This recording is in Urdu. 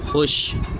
خوش